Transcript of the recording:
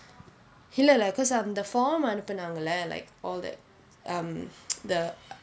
இல்லை இல்லை:illai illai because அந்த:antha form அனுப்புனாங்க லே:anuppunaanga le like all that um the